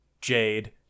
jade